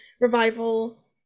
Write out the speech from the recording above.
revival